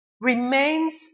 remains